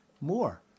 more